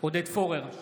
עודד פורר,